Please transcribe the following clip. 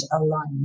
align